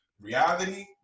reality